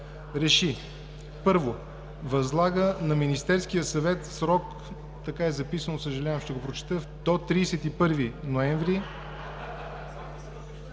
РЕШИ: Ι. Възлага на Министерския съвет в срок“ – така е записано, съжалявам, ще го прочета – „до 31 ноември“…